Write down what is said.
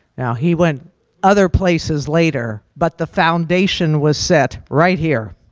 now he went other places later. but the foundation was set right here.